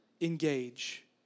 engage